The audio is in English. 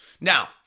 Now